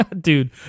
Dude